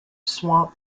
swamp